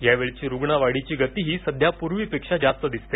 यावेळची रुणवादीची गतीही सध्या पूर्वीपेक्षा जास्त दिसते